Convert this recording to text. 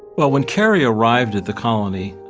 well, when carrie arrived at the colony,